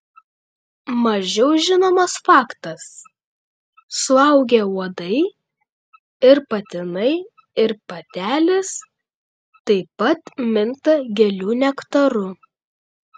mažiau žinomas faktas suaugę uodai ir patinai ir patelės taip pat minta gėlių nektaru